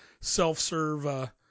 self-serve